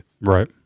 Right